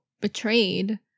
betrayed